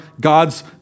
God's